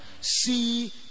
see